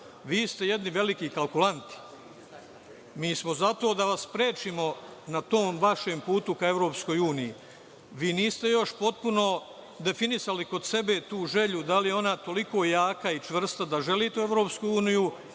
Vi ste jedni veliki kalkulanti. Mi smo za to da vas sprečimo na tom vašem putu ka EU. Vi niste još potpuno definisali kod sebe tu želju da li je ona toliko jaka i čvrsta da želite u EU ili